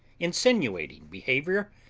insinuating behaviour,